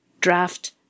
draft